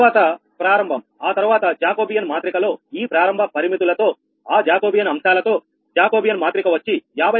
తర్వాత ప్రారంభం ఆ తరువాత జాకోబియన్ మాత్రిక లో ఈ ప్రారంభ పరిమితులతో ఆ జాకోబియన్ అంశాలతో జాకోబియన్ మాత్రిక వచ్చి 52